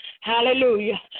Hallelujah